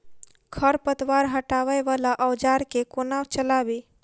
खरपतवार हटावय वला औजार केँ कोना चलाबी?